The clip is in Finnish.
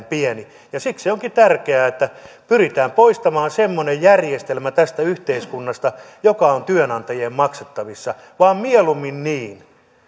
pieni ja siksi onkin tärkeää että pyritään poistamaan semmoinen järjestelmä tästä yhteiskunnasta joka on työnantajien maksettavissa mieluummin niin